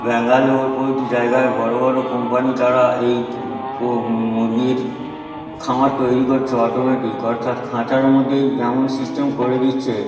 ব্যাঙ্গালোর প্রভৃতি জায়গায় বড় বড় কোম্পানি তারা এই পো মুরগির খামার তৈরি করছে অটোমেটিক অর্থাৎ খাঁচার মধ্যেই এমন সিস্টেম করে দিচ্ছে